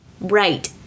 Right